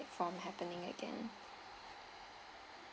from happening again